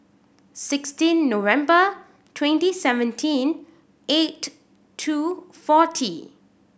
sixteen November twenty seventeen eight two forty